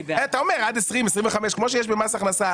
אתה אומר עד 20-25. כמו שיש במס הכנסה,